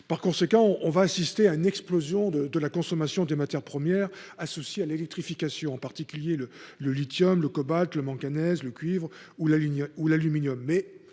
développement induira une explosion de la consommation des matières premières associées à l’électrification, en particulier le lithium, le cobalt, le manganèse, le cuivre ou l’aluminium.